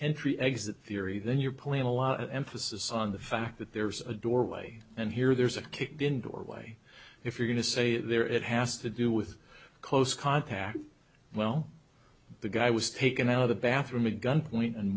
entry exit theory then you're pulling a lot of emphasis on the fact that there's a doorway and here there's a kid been doorway if you're going to say there it has to do with close contact well the guy was taken out of the bathroom a gunpoint and